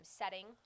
setting